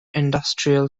industrial